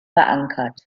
verankert